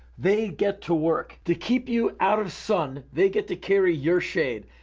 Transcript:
they get to work. to keep you out of sun, they get to carry your shade.